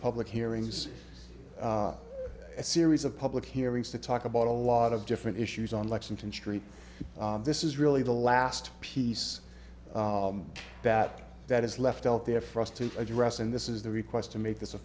public hearings a series of public hearings to talk about a lot of different issues on lexington street this is really the last piece that that is left out there for us to address and this is the request to make this a